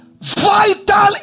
vital